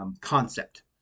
concept